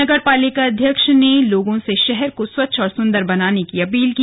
नगर पालिकाध्यक्ष ने लोगों से शहर को स्वच्छ और सुन्दर बनाने की अपील की